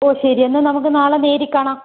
ഓ ശരി എന്നാൽ നമുക്ക് നാളെ നേരിൽ കാണാം